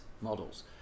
models